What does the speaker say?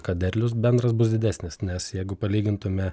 kad derlius bendras bus didesnis nes jeigu palygintume